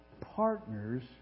partners